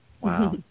Wow